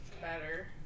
Better